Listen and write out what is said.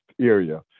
area